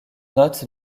note